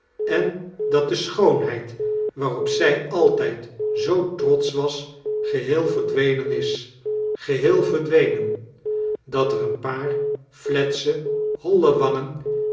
en dat de schoonheid waairop zij altijd zoo trots ch was geheel veardwenen is geheel verdwenen dat er een paar fletse holle wangetn